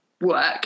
work